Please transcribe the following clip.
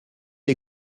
les